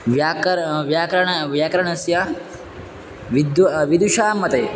व्याकरणं व्याकरणं व्याकरणस्य विद्व विदुषां मते